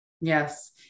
Yes